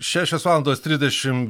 šešios valandos trisdešim